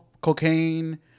cocaine